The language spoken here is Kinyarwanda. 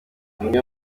umwe